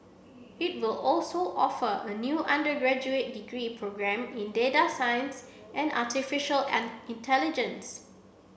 it will also offer a new undergraduate degree programme in data science and artificial an intelligence